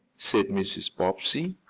said mrs. bobbsey.